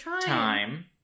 time